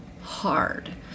hard